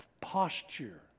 posture